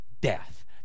death